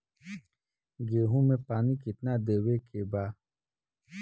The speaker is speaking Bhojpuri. गेहूँ मे पानी कितनादेवे के बा?